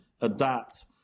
adapt